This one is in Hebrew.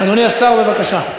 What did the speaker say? אדוני השר, בבקשה.